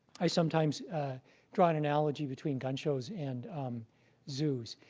i sometimes draw an analogy between gun shows and zoos.